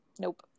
Nope